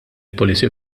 policy